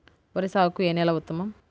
వరి సాగుకు ఏ నేల ఉత్తమం?